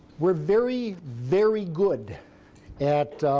we're very, very good at